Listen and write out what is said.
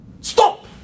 stop